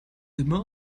immer